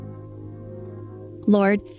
Lord